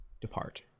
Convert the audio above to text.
depart